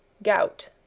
gout,